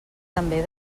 també